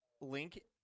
Link